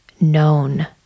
known